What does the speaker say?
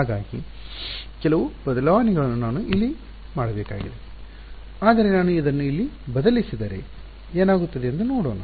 ಹಾಗಾಗಿ ಕೆಲವು ಬದಲಾವಣೆಗಳನ್ನು ನಾನು ಇಲ್ಲಿ ಮಾಡಬೇಕಾಗಿದೆ ಆದರೆ ನಾನು ಇದನ್ನು ಇಲ್ಲಿ ಬದಲಿಸಿದರೆ ಏನಾಗುತ್ತದೆ ಎಂದು ನೋಡೋಣ